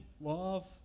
love